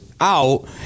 out